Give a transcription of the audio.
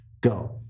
go